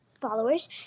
followers